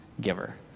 giver